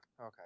Okay